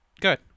good